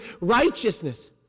righteousness